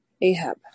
Ahab